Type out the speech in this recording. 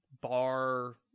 bar